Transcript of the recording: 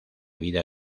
vida